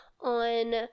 on